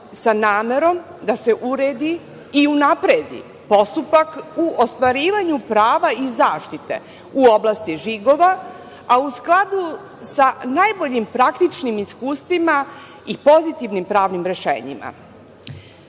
sa namerom da se uredi i unapredi postupak u ostvarivanju prava i zaštite u oblasti žigova, a u skladu sa najboljim praktičnim iskustvima i pozitivnim pravnim rešenjima.